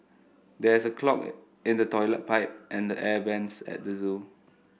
there is a clog in the toilet pipe and the air vents at the zoo